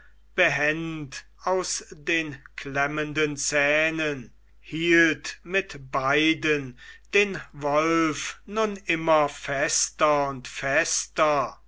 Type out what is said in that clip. behend aus den klemmenden zähnen hielt mit beiden den wolf nun immer fester und fester